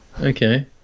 Okay